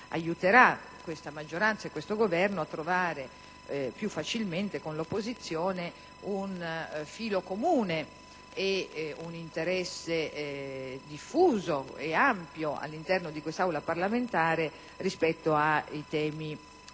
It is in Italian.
aiuteranno questa maggioranza e questo Governo a trovare più facilmente con l'opposizione un filo comune e un interesse diffuso e ampio all'interno di quest'Aula parlamentare rispetto ai temi strategici